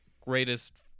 greatest